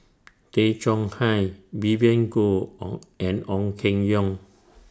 Tay Chong Hai Vivien Goh and Ong Keng Yong